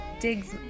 digs